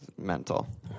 Mental